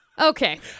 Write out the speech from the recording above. Okay